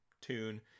tune